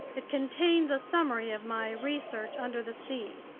it contains a summary of my research under the sea,